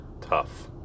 tough